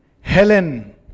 Helen